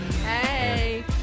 Hey